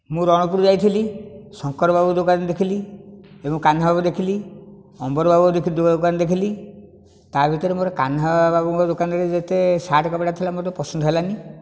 ମୁଁ ରଣପୁର ଯାଇଥିଲି ଶଙ୍କରବାବୁ ଦୋକାନ ଦେଖିଲି ଏବଂ କାହ୍ନାବାବୁ ଦେଖିଲି ଅମ୍ବରବାବୁ ଦୋକାନ ଦେଖିଲି ତା' ଭିତରେ ମୋର କାହ୍ନାବାବୁଙ୍କ ଦୋକାନରେ ଯେତେ ସାର୍ଟ କପଡ଼ା ଥିଲା ମୋତେ ପସନ୍ଦ ହେଲାନି